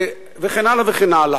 וכן הלאה וכן הלאה.